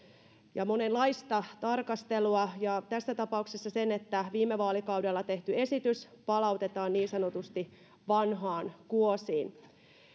ja monenlaista tarkastelua ja tässä tapauksessa sen että viime vaalikaudella tehty esitys palautetaan niin sanotusti vanhaan kuosiin